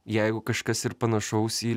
jeigu kažkas ir panašaus į